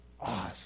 awesome